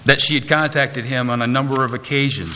that she had contacted him on a number of occasions